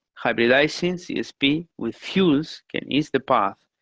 hybridizing csp with fuels can ease the path,